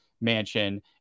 mansion